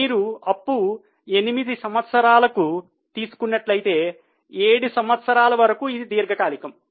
మీరు అప్పు 8 సంవత్సరములకు తీసుకున్నట్లయితే ఏడు సంవత్సరముల వరకూ ఇది దీర్ఘకాలికము